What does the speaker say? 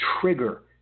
trigger